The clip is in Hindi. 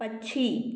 पक्षी